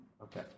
Okay